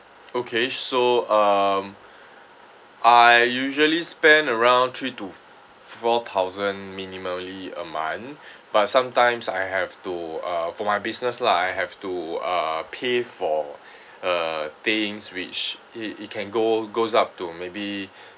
okay so um I usually spend around three to f~ four thousand minimally a month but sometimes I have to uh for my business lah I have to uh pay for uh things which it it can go goes up to maybe